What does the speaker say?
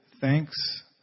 thanks